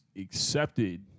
accepted